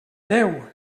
déu